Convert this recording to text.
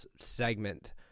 segment